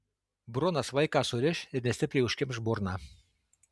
brunas vaiką suriš ir nestipriai užkimš burną